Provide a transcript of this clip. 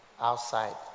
outside